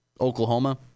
Oklahoma